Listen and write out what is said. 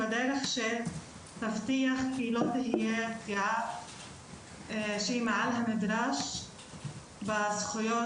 בדרך שתבטיח כי לא תהיה פגיעה שהיא מעל הנדרש בזכויות